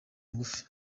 ngufi